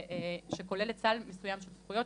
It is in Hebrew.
ושכוללת סל מסוים של זכויות,